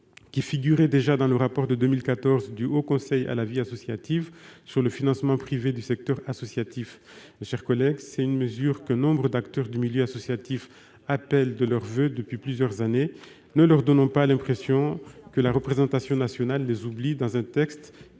figurait déjà dans le rapport de 2014 du Haut Conseil à la vie associative sur le financement privé du secteur associatif. C'est une mesure que nombre d'acteurs du milieu associatif appellent de leurs voeux depuis plusieurs années. Ne leur donnons pas l'impression que la représentation nationale les oublie dans un texte